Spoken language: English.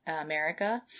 America